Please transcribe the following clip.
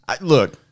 Look